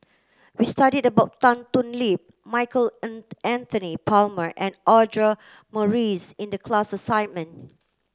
we studied about Tan Thoon Lip Michael Anthony Palmer and Audra Morrice in the class assignment